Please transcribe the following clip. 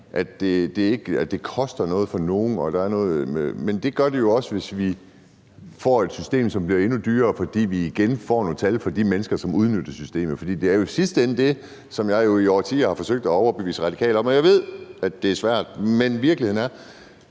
at det koster noget for nogen, at det gør det jo også, hvis vi får et system, som bliver endnu dyrere, fordi vi igen får nogle tal for de mennesker, som udnytter systemet. For virkeligheden er – og det er jo i sidste ende det, som jeg i årtier har forsøgt at overbevise Radikale om, og jeg ved, at det er svært – at verden ikke er